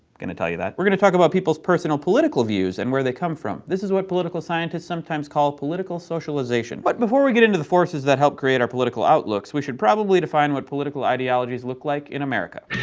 gonna tell you that. we're gonna talk about people's personal political views and where they come from. this is what political scientists sometimes call political socialization. but before we get into the forces that help create our political outlooks, we should probably define what political ideologies look like in america.